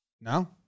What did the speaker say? No